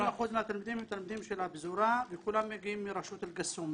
50% מהתלמידים הם תלמידים של הפזורה וכולם מגיעים מרשות אל קאסום,